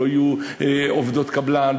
יהיו עובדות קבלן,